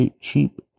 cheap